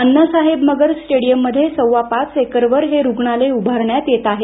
Annasaheb Magar stadium मध्ये सव्वा पाच एकरवर हे रुग्णालय उभारण्यात येत आहे